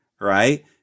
right